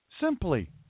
Simply